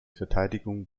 verteidigung